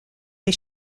les